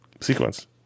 sequence